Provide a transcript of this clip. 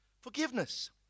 forgiveness